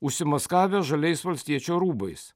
užsimaskavę žaliais valstiečio rūbais